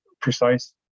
precise